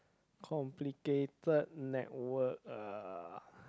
complicated network uh